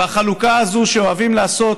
והחלוקה הזאת שאוהבים לעשות